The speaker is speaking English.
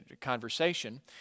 conversation